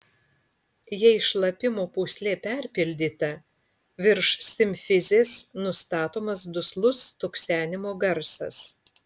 jei šlapimo pūslė perpildyta virš simfizės nustatomas duslus stuksenimo garsas